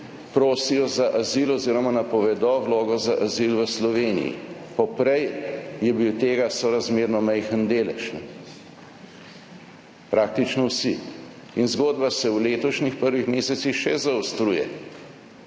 prosijo za azil oziroma napovedo vlogo za azil v Sloveniji. Poprej je bil tega sorazmerno majhen delež. Praktično vsi. In zgodba se v letošnjih prvih mesecih še zaostruje.